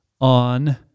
on